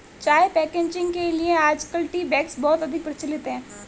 चाय पैकेजिंग के लिए आजकल टी बैग्स बहुत अधिक प्रचलित है